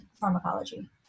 pharmacology